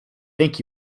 think